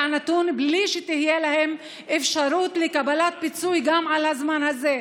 נתון בלי שתהיה להם אפשרות לקבלת פיצוי גם על הזמן הזה.